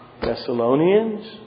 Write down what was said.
Thessalonians